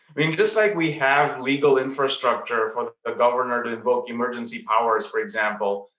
i mean just like we have legal infrastructure for the governor to evoke emergency powers for example,